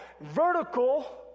vertical